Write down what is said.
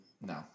No